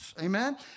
Amen